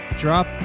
Drop